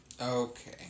Okay